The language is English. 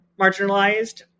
marginalized